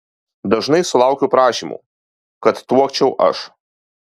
dažnai sulaukiu prašymų kad tuokčiau aš